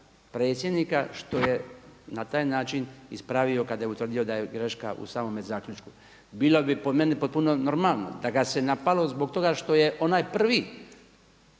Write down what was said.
predsjednika što je na taj način ispravio kada je utvrdio da je greška u samome zaključku. Bilo bi po meni potpuno normalno da ga se napalo zbog toga što je onaj prvi,